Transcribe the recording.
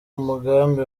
umugambi